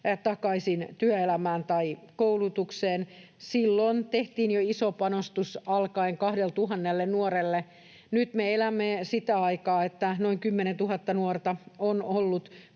takaisin työelämään tai koulutukseen, jo silloin tehtiin iso panostus, alkaen 2 000 nuorelle. Nyt me elämme sitä aikaa, että jo noin 10 000 nuorta on ollut